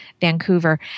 Vancouver